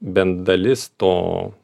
bent dalis to